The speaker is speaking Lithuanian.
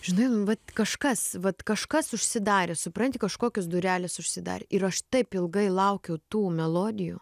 žinai nu vat kažkas vat kažkas užsidarė supranti kažkokios durelės užsidarė ir aš taip ilgai laukiau tų melodijų